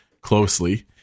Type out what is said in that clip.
closely